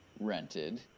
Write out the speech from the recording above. rented